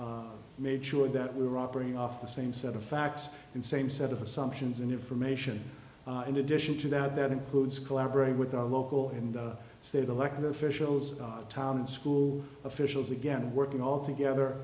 we made sure that we were operating off the same set of facts and same set of assumptions and information in addition to that that includes collaborating with our local and state elected officials town and school officials again and working all together